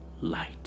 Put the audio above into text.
light